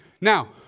Now